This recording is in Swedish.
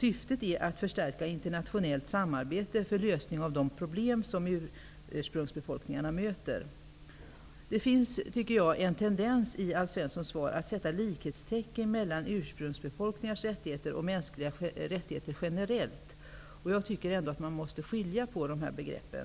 Syftet är att förstärka internationellt samarbete för lösning av de problem som ursprungsbefolkningar möter. Det finns en tendens i Alf Svenssons svar att sätta likhetstecken mellan ursprungsbefolkningars rättigheter och mänskliga rättigheter generellt. Jag tycker ändå att man måste skilja på dessa begrepp.